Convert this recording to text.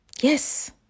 Yes